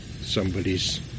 somebody's